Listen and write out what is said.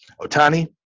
Otani